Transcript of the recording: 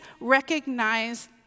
recognize